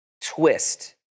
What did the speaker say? twist